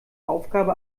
aufgabe